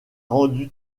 rendue